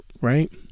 right